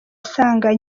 asanga